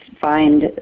find